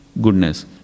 goodness